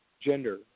gender